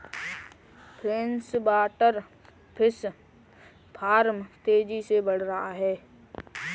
freshwater fish farm तेजी से बढ़ रहा है